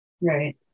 Right